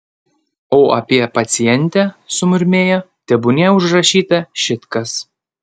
o apie pacientę sumurmėjo tebūnie užrašyta šit kas